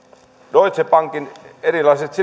deutsche bankin erilaiset